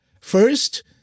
First